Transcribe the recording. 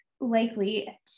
likely